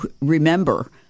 remember